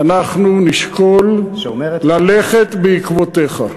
אנחנו נשקול ללכת בעקבותיך.